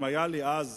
אם היתה לי אז